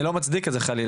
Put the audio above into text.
אני לא מצדיק את זה חלילה.